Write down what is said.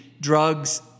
drugs